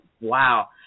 wow